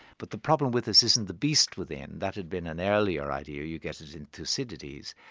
but the problem with this isn't the beast within that had been an earlier idea, you get it in thucydides.